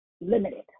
limited